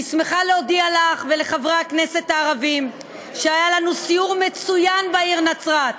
אני שמחה להודיע לך ולחברי הכנסת הערבים שהיה לנו סיור מצוין בעיר נצרת,